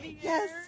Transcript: Yes